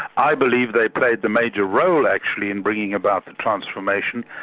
i believe they played the major role actually in bringing about the transformation,